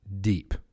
deep